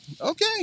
Okay